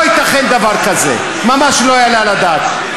לא ייתכן דבר כזה, ממש לא יעלה על הדעת.